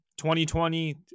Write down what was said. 2020